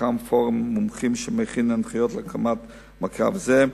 פורום מומחים שמכין הנחיות להקמת מעקב זה.